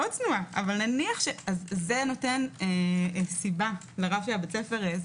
צנועה זה נותן סיבה לרב בית הספר?